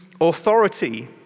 Authority